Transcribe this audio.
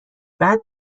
بعد